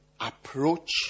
approach